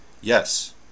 Yes